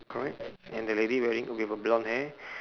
correct and the lady wearing with a blonde hair